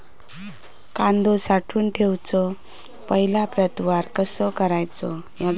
कांदो साठवून ठेवुच्या पहिला प्रतवार कसो करायचा?